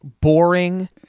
boring